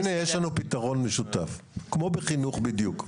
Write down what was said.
אז הנה יש לנו פתרון משותף, כמו בחינוך בדיוק.